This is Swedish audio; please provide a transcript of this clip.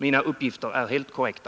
Mina uppgifter är helt korrekta.